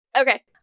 Okay